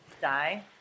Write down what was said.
Die